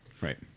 Right